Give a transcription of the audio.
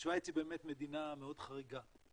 שוויץ היא באמת מדינה מאוד חריגה,